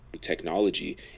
technology